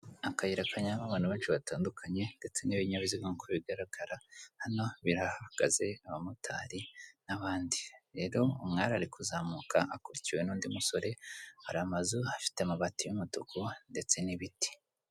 Akayira kanyuramo abantu benshi batandukanye ndetse n'ibinyabiziga nk'uko bigaragara hano birahagaze abamotari n'abandi rero umwari ari kuzamuka akurikiwe n'undi musore hari amazu afite amabati y'umutuku ndetse n'ibiti.